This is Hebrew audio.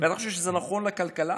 אתה חושב שזה נכון לכלכלה?